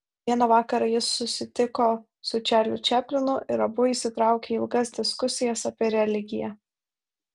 vieną vakarą jis susitiko su čarliu čaplinu ir abu įsitraukė į ilgas diskusijas apie religiją